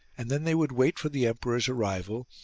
and then they would wait for the emperor's arrival,